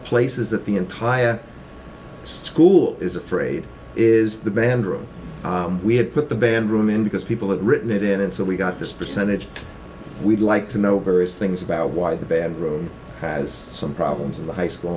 place is that the entire school is afraid is the band room we have put the band room in because people have written it in and so we got this percentage we'd like to know various things about why the band room has some problems in the high school